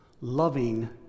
loving